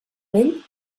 vell